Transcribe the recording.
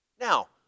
Now